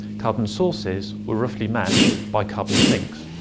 carbon sources were roughly matched by carbon sinks.